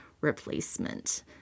replacement